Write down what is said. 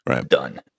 done